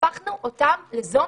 הפכנו אותם לזומבים.